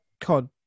cod